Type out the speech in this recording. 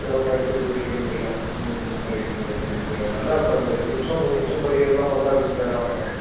எவ்வளோ நேரம் சார் போய்கிட்ருக்குன்னு தெரில ம் சரிங்க சார் சரிங்க சார் நல்லா இப்போ இந்த ரெண்டு நிமிஷம் மூணு நிமிஷம் படிக்கிறதெலாம் பற்றாதுங்க சார் அவன்